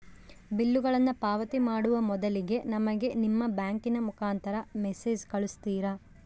ಬಿಲ್ಲುಗಳನ್ನ ಪಾವತಿ ಮಾಡುವ ಮೊದಲಿಗೆ ನಮಗೆ ನಿಮ್ಮ ಬ್ಯಾಂಕಿನ ಮುಖಾಂತರ ಮೆಸೇಜ್ ಕಳಿಸ್ತಿರಾ?